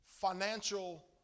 financial